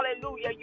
hallelujah